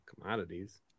commodities